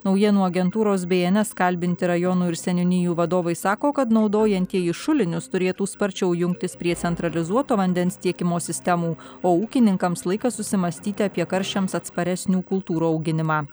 naujienų agentūros bns kalbinti rajonų ir seniūnijų vadovai sako kad naudojantieji šulinius turėtų sparčiau jungtis prie centralizuoto vandens tiekimo sistemų o ūkininkams laikas susimąstyti apie karščiams atsparesnių kultūrų auginimą